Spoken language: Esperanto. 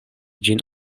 ĝin